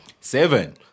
Seven